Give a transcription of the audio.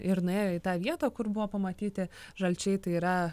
ir nuėjo į tą vietą kur buvo pamatyti žalčiai tai yra